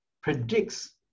predicts